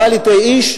בל יטעה איש.